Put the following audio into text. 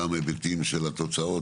גם היבטים של התוצאות